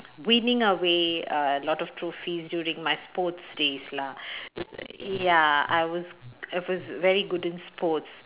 winning away a lot of trophies during my sports days lah s~ ya I was I was very good in sports